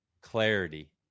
clarity